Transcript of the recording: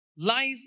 Life